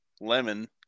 lemon